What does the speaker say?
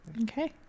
Okay